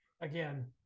again